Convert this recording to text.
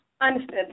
Understood